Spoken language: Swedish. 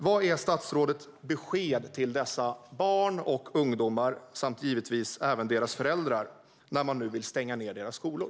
Vad är statsrådets besked till dessa barn och ungdomar samt givetvis även deras föräldrar när man nu vill stänga ned deras skolor?